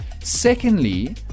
Secondly